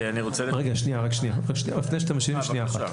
לפני שאתה משיב, שנייה אחת.